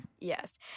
Yes